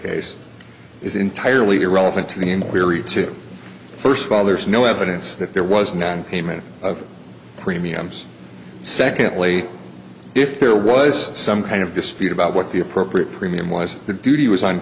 case is entirely irrelevant to the inquiry to first of all there's no evidence that there was none payment of premiums secondly if there was some kind of dispute about what the appropriate premium was the duty was on